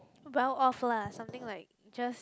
well off lah something like just